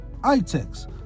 iTex